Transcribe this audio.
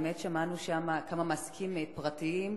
באמת שמענו שם כמה מעסיקים פרטיים,